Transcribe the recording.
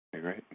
great